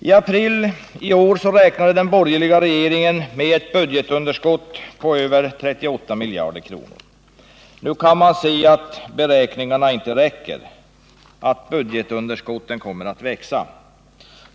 I april i år räknade den borgerliga regeringen med ett budgetunderskott på över 38 miljarder kronor. Nu kan man se att beräkningarna inte räcker och att budgetunderskottet kommer att växa.